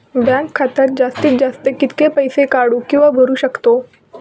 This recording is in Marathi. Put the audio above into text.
बँक खात्यात जास्तीत जास्त कितके पैसे काढू किव्हा भरू शकतो?